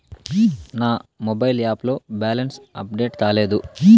నా mobile app లో balance update కాలేదు